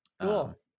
Cool